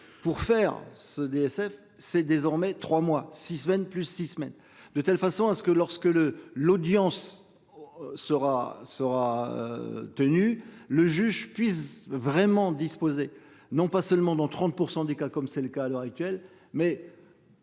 pour faire ce DSF c'est désormais 3 mois 6 semaines plus 6 semaines de telle façon à ce que lorsque le l'audience. Sera sera. Tenu le juge puisse vraiment disposé non pas seulement dans 30% des cas, comme c'est le cas à l'heure actuelle mais.